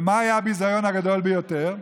ומה היה הביזיון הגדול ביותר?